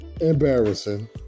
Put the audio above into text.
embarrassing